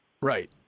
Right